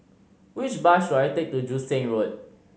which bus should I take to Joo Seng Road